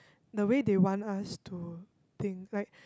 the way they want us to think like